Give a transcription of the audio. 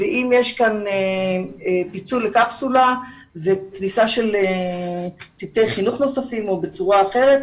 אם יש כאן פיצול לקפסולה וכניסה של צוותי חינוך נוספים או בצורה אחרת,